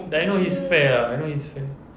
yeah I know he's fair lah I know he's fair